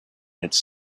its